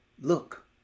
Look